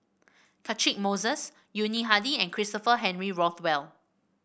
Catchick Moses Yuni Hadi and Christopher Henry Rothwell